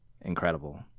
incredible